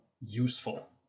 useful